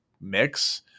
mix